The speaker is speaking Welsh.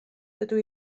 dydw